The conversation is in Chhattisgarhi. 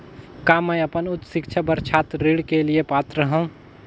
का मैं अपन उच्च शिक्षा बर छात्र ऋण के लिए पात्र हंव?